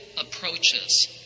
approaches